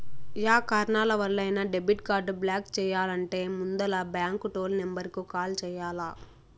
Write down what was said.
yeah కారణాలవల్లైనా debit card block చెయ్యాలంటే ముందల బాంకు టోల్ నెంబరుకు కాల్ చెయ్యాల్ల